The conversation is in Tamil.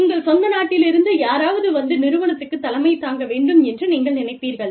உங்கள் சொந்த நாட்டிலிருந்து யாராவது வந்து நிறுவனத்துக்கு தலைமை தாங்க வேண்டும் என்று நீங்கள் நினைப்பீர்கள்